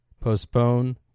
postpone